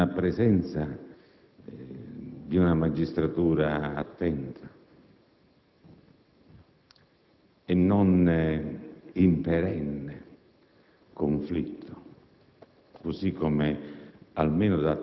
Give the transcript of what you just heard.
la presenza di una magistratura attenta e non in perenne conflitto,